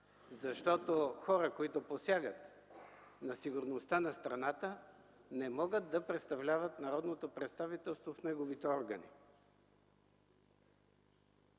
защото хора, които посягат на сигурността на страната, не могат да представляват народното представителство в неговите органи.